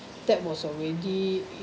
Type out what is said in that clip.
that was already